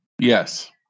Yes